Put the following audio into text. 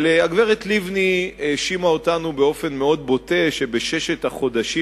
אבל הגברת לבני האשימה אותנו באופן מאוד בוטה שבששת החודשים